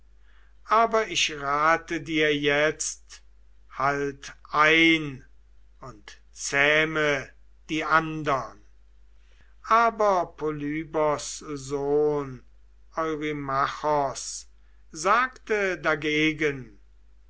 aber ich rate dir jetzt halt ein und zähme die andern aber polybos sohn eurymachos sagte dagegen